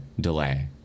delay